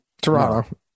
Toronto